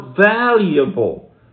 valuable